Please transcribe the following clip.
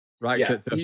Right